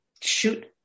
shoot